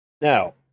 Now